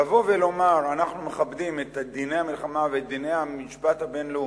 לבוא ולומר: אנחנו מכבדים את דיני המלחמה ואת דיני המשפט הבין-לאומי,